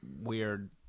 weird